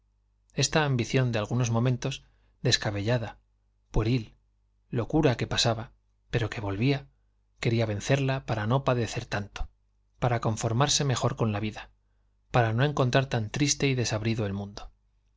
esta ambición de algunos momentos descabellada pueril locura que pasaba pero que volvía quería vencerla para no padecer tanto para conformarse mejor con la vida para no encontrar tan triste y desabrido el mundo